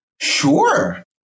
Sure